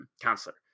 counselor